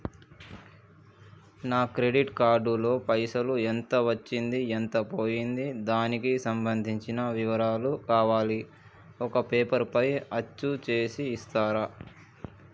నా credit card లో పైసలు ఎంత వచ్చింది ఎంత పోయింది దానికి సంబంధించిన వివరాలు కావాలి ఒక పేపర్ పైన అచ్చు చేసి ఇస్తరా?